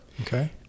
okay